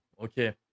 Okay